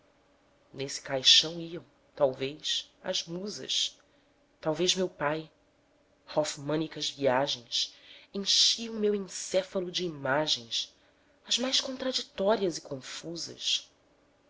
nesse caixão iam talvez as musas talvez meu pai hoffmânicas viagens enchiam meu encéfalo de imagens as mais contraditórias e confusas